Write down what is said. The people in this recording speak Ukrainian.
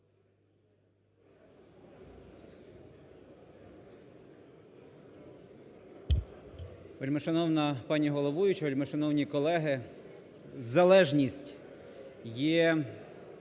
Вельмишановна пані головуюча, вельмишановні колеги! Залежність є